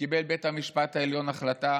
קיבל בית המשפט העליון החלטה